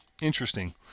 Interesting